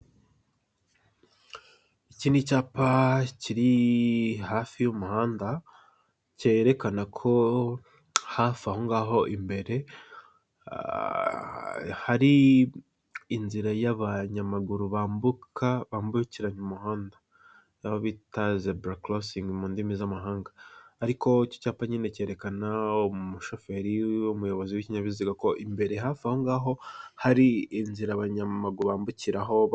Iki ni icyapa kiri hafi y'umuhanda, kerekana ko hafi aho ngaho, imbere hari inzira y'abanyamaguru bambukiranya umuhanda, bita zeburakorosingi mu ndimi z'amahanga, ariko icyo cyapa nyine kerekana umushoferi, umuyobozi w'ikinyabiziga ko imbere hafi aho ngaho hari inzira abanyamaguru bambukiraho.